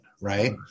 right